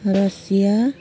Russia